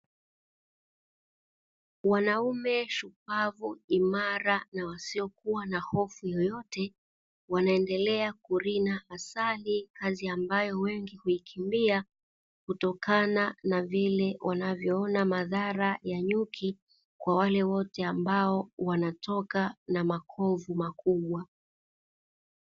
Wanaume shupavu, imara na wasiokuwa na hofu yoyote; wanaendelea kurina asali, kazi ambayo wengi huikimbia kutokana na vile wanavyoona madhara ya nyuki, kwa wale wote ambao wanatoka na makovu makubwa.